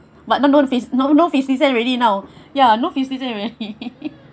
but no no fifty not no fifty cent already now ya no incident already